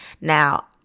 now